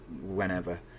whenever